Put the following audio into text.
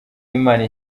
imana